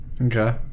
Okay